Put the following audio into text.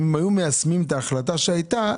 אם היו מיישמים את ההחלטה שהייתה,